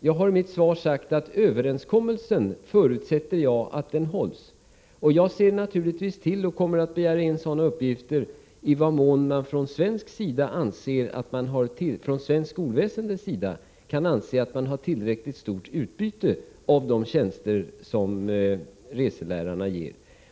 Jag har i mitt svar sagt att jag förutsätter att överenskommelsen hålls. Jag kommer att begära in uppgifter om i vad mån man från det svenska skolväsendets sida anser att man har tillräckligt stort utbyte av de tjänster som reselärarna ger.